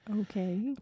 Okay